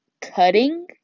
cutting